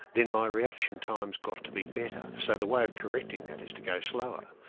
then my reaction time's got to be better, so the way of correcting that is to go slower,